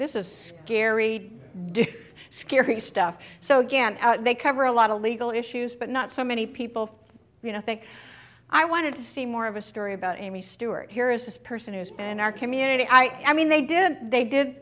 this is scary scary stuff so again they cover a lot of legal issues but not so many people you know think i wanted to see more of a story about amy stewart here is this person who's been in our community i am mean they did they did